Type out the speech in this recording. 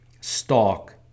stalk